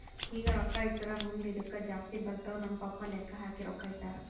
ಈಗ ರೊಕ್ಕಾ ಇಟ್ಟುರ್ ಮುಂದ್ ಇದ್ದುಕ್ ಜಾಸ್ತಿ ಬರ್ತಾವ್ ನಮ್ ಪಪ್ಪಾ ಲೆಕ್ಕಾ ಹಾಕಿ ರೊಕ್ಕಾ ಇಟ್ಟಾರ್